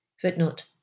Footnote